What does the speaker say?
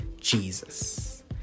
Jesus